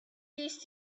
used